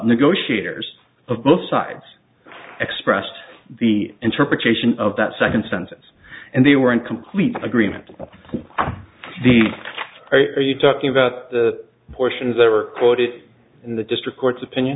negotiators of both sides expressed the interpretation of that second sentence and they were in complete agreement with the are you talking about the portions that were quoted in the district court's opinion